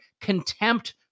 contempt